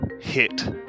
hit